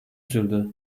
sürdü